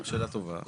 שאלה טובה.